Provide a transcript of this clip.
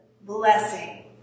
blessing